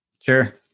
Sure